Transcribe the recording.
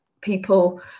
people